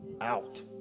out